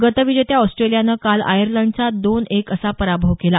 गतविजेत्या ऑस्ट्रेलियानं काल आयर्लंडला दोन एक असा पराभव केला